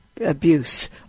abuse